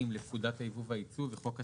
לפקודת הייבוא והיצוא וחוק התקנים,